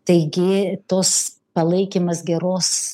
taigi tos palaikymas geros